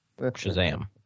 Shazam